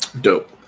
Dope